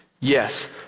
Yes